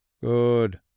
Good